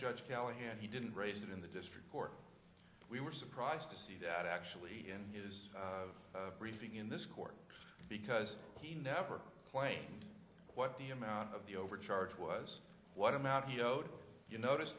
judge callahan he didn't raise it in the district court we were surprised to see that actually in his briefing in this court because he never claimed what the amount of the overcharge was what amount of you kno